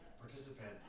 participant